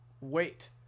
wait